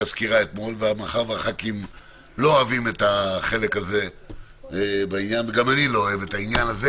בעניין וגם אני לא אוהב את העניין הזה